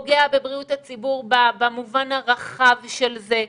פוגע בבריאות הציבור במובן הרחב של זה,